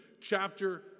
chapter